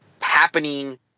happening